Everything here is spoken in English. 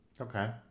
okay